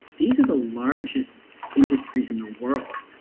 these are the largest industries in the world.